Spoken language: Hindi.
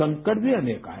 संकट भी अनेक आए